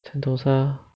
sentosa